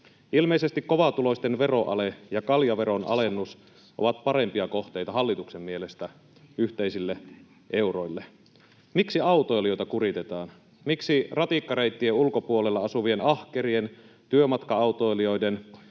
Ilmeisesti kovatuloisten veroale ja kaljaveron alennus ovat hallituksen mielestä parempia kohteita yhteisille euroille. Miksi autoilijoita kuritetaan? Miksi ratikkareittien ulkopuolella asuvien ahkerien työmatka-autoilijoiden